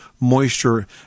moisture